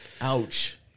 Ouch